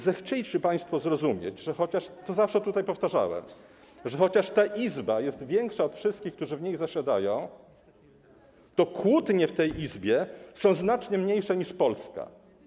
Zechciejcie państwo zrozumieć - zawsze to tutaj powtarzałem - że chociaż ta Izba jest większa od wszystkich, którzy w niej zasiadają, to kłótnie w tej Izbie są znacznie mniejsze niż Polska.